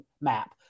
map